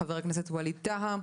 ח"כ וליד טאהא,